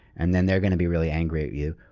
and then they're going to be really angry at you.